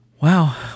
Wow